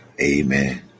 Amen